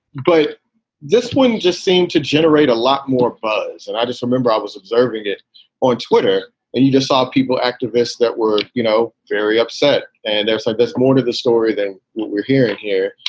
but this one just seemed to generate a lot more buzz. and i just remember i was observing it on twitter and you just saw people, activists that were, you know, very upset. and there's like this more to the story than what we're hearing here.